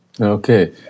Okay